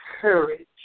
courage